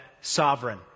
sovereign